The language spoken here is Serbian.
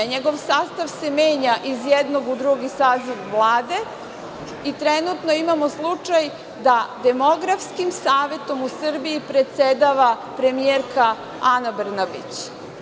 NJegov sastav se menja iz jednog u drugi saziv Vlade i trenutno imamo slučaj da Demografskim savetom u Srbiji predsedava premijerka Ana Brnabić.